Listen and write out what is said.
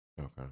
Okay